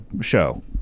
show